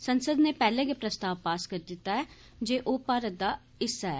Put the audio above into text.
संसद नै पैह्ले गै प्रस्ताव पास करी दित्ता ऐ जे ओह् भारत दा हिस्सा ऐ